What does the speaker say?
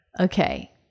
Okay